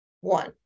one